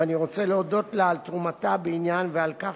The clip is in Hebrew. ואני רוצה להודות לה על תרומתה בעניין ועל כך